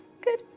Good